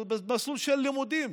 במסלול של לימודים,